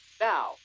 now